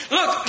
Look